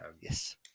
Yes